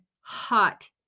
hot